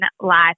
life